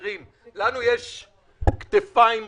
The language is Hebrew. חברים, לנו יש כתפיים רחבות.